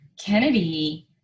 Kennedy